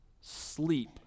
sleep